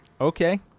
Okay